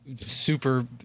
super